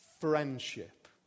friendship